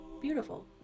Beautiful